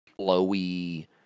flowy